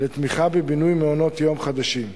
לתמיכה בבינוי מעונות-יום חדשים.